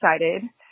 excited